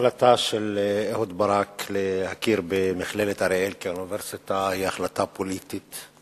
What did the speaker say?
ההחלטה של אהוד ברק להכיר במכללת אריאל כאוניברסיטה היא החלטה פוליטית.